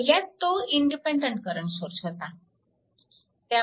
पहिल्यात तो independent current source होता